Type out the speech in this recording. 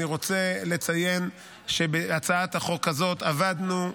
אני רוצה לציין שבהצעת החוק הזאת עבדנו,